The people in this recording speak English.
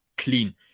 Clean